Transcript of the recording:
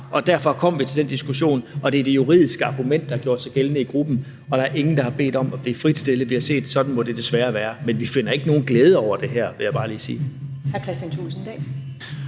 og derfor kom vi til den konklusion, og det er de juridiske argumenter, der har gjort sig gældende i gruppen, og der er ingen, der har bedt om at blive fritstillet, og vi har set, at sådan må det desværre være. Men vi finder ikke nogen glæde over det her, vil jeg bare lige sige. Kl. 15:23 Første næstformand